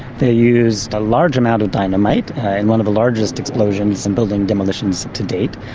they used a large amount of dynamite, in one of the largest explosions in building demolitions to date,